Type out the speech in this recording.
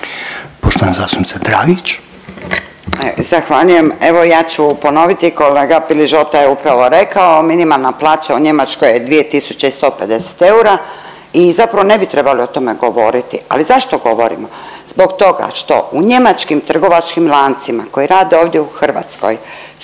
Irena (SDP)** Zahvaljujem. Evo ja ću ponoviti, kolega Piližota je upravo rekao minimalna plaća u Njemačkoj je 2.150 eura i zapravo ne bi trebalo o tome govoriti, ali zašto govorimo. Zbog toga što u njemačkim trgovačkim lancima koji rade ovdje u Hrvatskoj